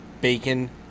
BACON